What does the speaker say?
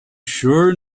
sure